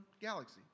galaxy